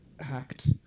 hacked